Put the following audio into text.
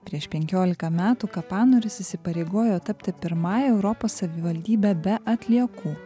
prieš penkiolika metų kapanoris įsipareigojo tapti pirmąja europos savivaldybe be atliekų